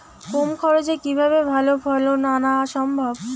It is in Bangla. কম খরচে কিভাবে ভালো ফলন আনা সম্ভব?